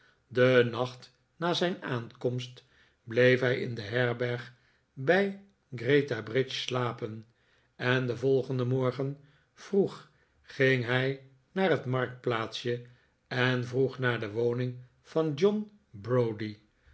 de nacht na zijn aankomst bleef hij in de herberg bij greta bridge slapen en den volgenden morgen vroeg ging hij naar het marktplaatsje en vroeg naar de woning van john browdie